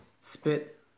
spit